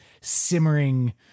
simmering